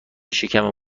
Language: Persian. شکم